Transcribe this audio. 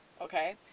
okay